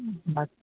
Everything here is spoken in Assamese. বা